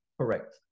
Correct